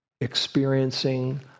experiencing